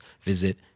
visit